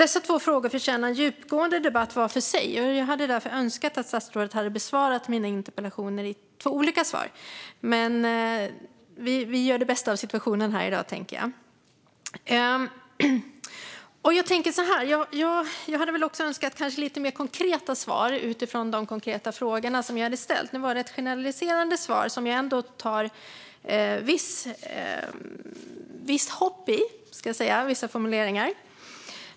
Dessa två frågor förtjänar djupgående debatt var för sig. Jag hade därför önskat att statsrådet hade besvarat mina två interpellationer i två olika svar. Men jag tänker att vi här i dag gör det bästa av situationen. Jag hade också önskat lite mer konkreta svar utifrån de konkreta frågorna som jag ställt. Nu var det ett generaliserande svar som jag ändå känner ett visst hopp inför när det gäller vissa formuleringar.